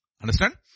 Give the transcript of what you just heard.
Understand